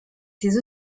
ses